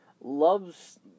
loves